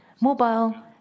mobile